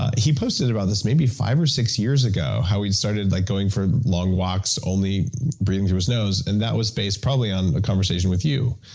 he posted about this, maybe five or six years ago. how he'd started like going for long walks, only breathing through his nose, and that was based, probably, on a conversation with you.